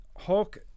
Hulk